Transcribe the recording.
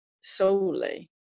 solely